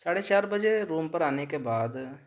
ساڑھے بجے روم پہ آنے کے بعد